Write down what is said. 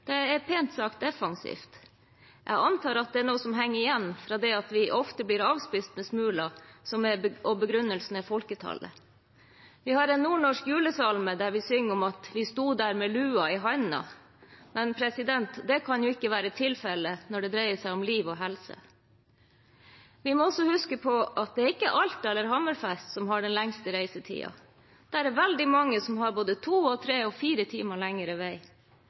hverandre, er pent sagt defensivt. Jeg antar at det er noe som henger igjen fra at vi så ofte blir avspist med smuler, og at begrunnelsen er folketallet. Vi har en nordnorsk julesalme der vi synger om at «vi sto der med lua i handa». Men det kan ikke være tilfellet når det dreier seg om liv og helse. Vi må også huske på at det er ikke Alta og Hammerfest som har den lengste reisetiden. Det er veldig mange som har både to, tre og fire timer lengre vei.